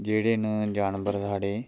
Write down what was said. जेह्ड़े न जानवर साढ़े